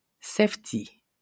safety